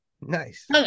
Nice